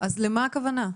למה הכוונה?